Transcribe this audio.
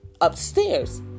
upstairs